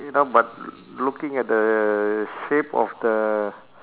you know but l~ looking at the shape of the